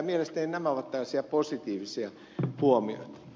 mielestäni nämä ovat tällaisia positiivisia huomioita